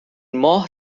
ماه